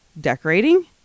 decorating